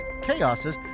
chaoses